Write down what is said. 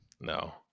no